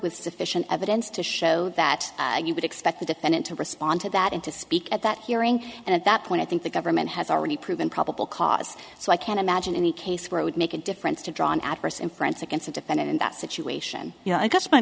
with sufficient evidence to show that you would expect the defendant to respond to that and to speak at that hearing and at that point i think the government has already proven probable cause so i can't imagine any case where it would make a difference to draw an adverse inference against a defendant in that situation you know i guess my